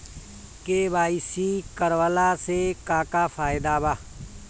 KYC करवला से का का फायदा बा?